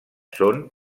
són